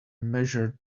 measure